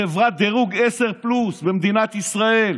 חברת דירוג עשר פלוס במדינת ישראל.